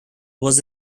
was